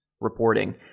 reporting